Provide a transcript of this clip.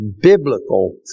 Biblical